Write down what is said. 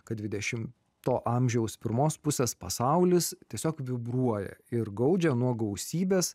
kad dvidešimto amžiaus pirmos pusės pasaulis tiesiog vibruoja ir gaudžia nuo gausybės